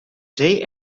zee